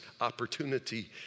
opportunity